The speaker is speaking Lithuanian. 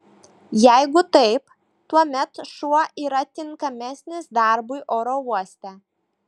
jeigu taip tuomet šuo yra tinkamesnis darbui oro uoste